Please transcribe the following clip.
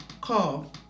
call